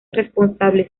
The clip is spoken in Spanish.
responsable